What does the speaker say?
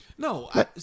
No